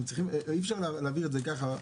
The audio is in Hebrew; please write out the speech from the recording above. אי אפשר להעביר את זה ככה,